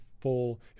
full